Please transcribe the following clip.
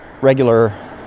regular